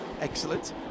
excellent